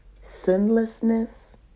sinlessness